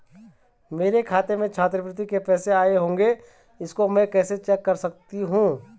मेरे खाते में छात्रवृत्ति के पैसे आए होंगे इसको मैं कैसे चेक कर सकती हूँ?